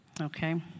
okay